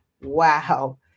wow